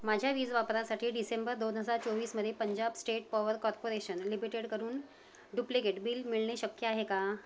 माझ्या वीज वापरासाठी डिसेंबर दोन हजार चोवीसमध्ये Punjab state power corporation limited करून डुप्लिकेट बिल मिळणे शक्य आहे का